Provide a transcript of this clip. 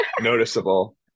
noticeable